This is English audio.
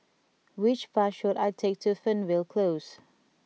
which bus should I take to Fernvale Close